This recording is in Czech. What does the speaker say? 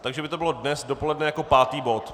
Takže by to bylo dnes dopoledne jako pátý bod.